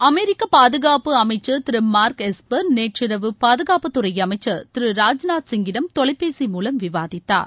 அமெிக்க பாதுகாப்பு அமைச்சர் திரு மார்க் எஸ்பர் நேற்றிரவு பாதுகாப்புத்துறை அமைச்சர் திரு ராஜ்நாத் சிங்கிடம் தொலைபேசி மூலம் விவாதித்தார்